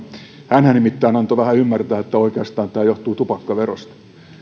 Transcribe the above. hänhän nimittäin antoi vähän ymmärtää että oikeastaan tämä johtuu tupakkaverosta